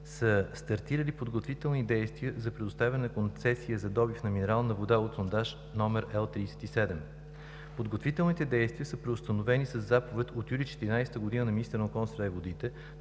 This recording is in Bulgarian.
са стартирали подготвителни действия за предоставяне на концесия за добив на минерална вода от сондаж № Л-37. Подготвителните действия са преустановени със заповед от месец юли 2014 г. на министъра на околната среда и водите